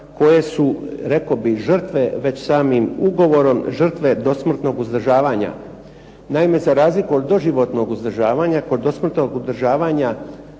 koje su rekao bih žrtve već samim ugovorom, žrtve dosmrtnog uzdržavanja. Za razliku od doživotnog uzdržavanja kod dosmrtnog uzdržavanja